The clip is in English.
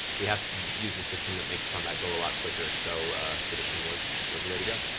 we have to use a system that makes combat go a lot quicker, so fifth edition was was the way to go.